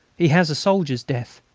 he has a soldier's death.